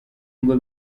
ngo